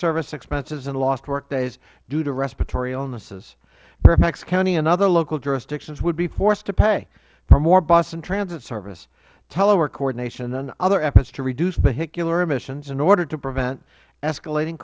service expenses and lost workdays due to respiratory illnesses fairfax county and other local jurisdictions would be forced to pay for more bus and transit service telework coordination and other efforts to reduce vehicular emissions in order to prevent escalating